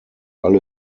alle